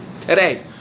Today